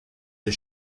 des